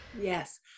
yes